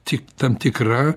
tik tam tikra